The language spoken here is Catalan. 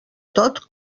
tot